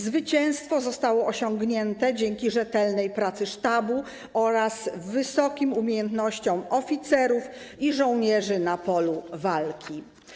Zwycięstwo zostało osiągnięte dzięki rzetelnej pracy sztabu oraz wysokim umiejętnościom oficerów i żołnierzy na polu walki.